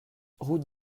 route